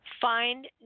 Find